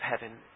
heaven